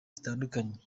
zitandukanye